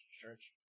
church